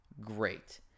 great